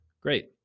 Great